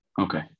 Okay